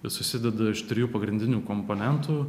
susideda iš trijų pagrindinių komponentų